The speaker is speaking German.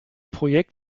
projekt